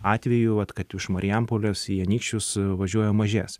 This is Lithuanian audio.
atvejų vat kad iš marijampolės į anykščius važiuoja mažės